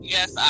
Yes